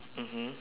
mmhmm